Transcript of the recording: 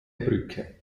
brücke